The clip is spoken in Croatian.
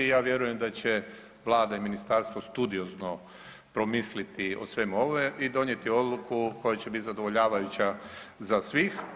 I ja vjerujem da će Vlada i ministarstvo studiozno promisliti o svemu ovome i donijeti odluku koja će biti zadovoljavajuća za svih.